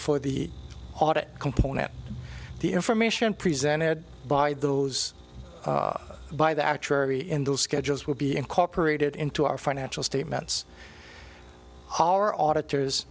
for the audit component the information presented by those by the actuary in those schedules will be incorporated into our financial statements our auditors